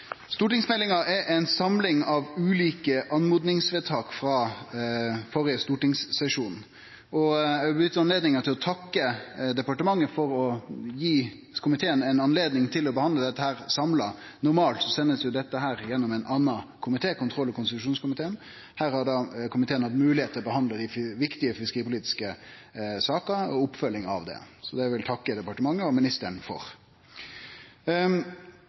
Stortingsmeldinga er ei samling av ulike oppmodingsvedtak frå førre stortingssesjon, og eg vil nytte anledninga til å takke departementet for å gi komiteen ei anledning til å behandle dette samla. Normalt blir dette sendt gjennom ein annan komité, kontroll- og konstitusjonskomiteen. Her har næringskomiteen hatt moglegheit til å behandle viktige fiskeripolitiske saker og oppfølging av dei, så det vil eg takke departementet og ministeren for.